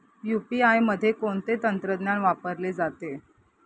UPI मध्ये कोणते तंत्रज्ञान वापरले जाते?